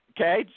Okay